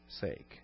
sake